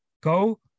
go